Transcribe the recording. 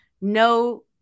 no